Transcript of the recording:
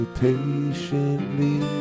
patiently